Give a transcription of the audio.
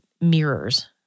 mirrors